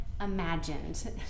imagined